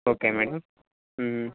okay madam